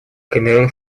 камерун